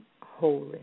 holy